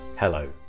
Hello